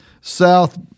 south